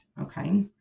okay